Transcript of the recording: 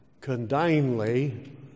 condignly